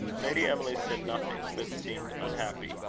lady emily said nothing, but seemed unhappy.